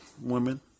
women